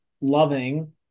loving